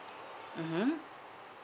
mmhmm